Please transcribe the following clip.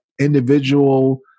individual